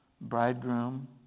bridegroom